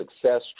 success